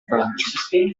francia